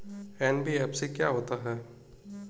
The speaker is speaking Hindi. एन.बी.एफ.सी क्या होता है?